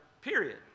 Period